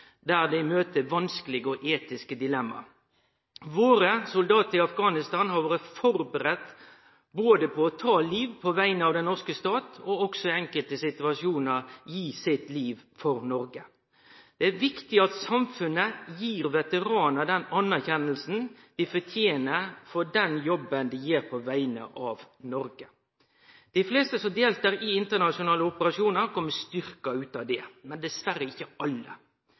der dei møter vanskelege og etiske dilemma. Våre soldatar i Afghanistan har vore førebudde både på å ta liv på vegner av den norske staten og også i enkelte situasjonar å gi sitt liv for Noreg. Det er viktig at samfunnet gir veteranar den anerkjenninga dei fortener for den jobben dei gjer på vegner av Noreg. Dei fleste som deltar i internasjonale operasjonar, kjem styrkte ut av det, men dessverre ikkje alle.